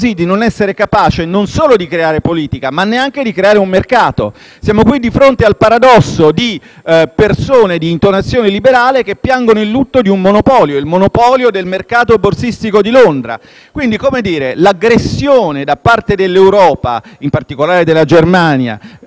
Siamo qui di fronte al paradosso di persone di intonazione liberale che piangono il lutto di un monopolio, quello del mercato borsistico di Londra; quindi l'aggressione da parte dell'Europa (in particolare della Germania) al Regno Unito è qualcosa che rivela la profonda irrazionalità